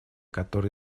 который